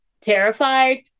terrified